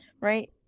right